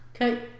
Okay